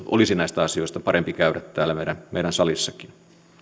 olisi näistä samoista asioista parempi käydä täällä meidän salissakin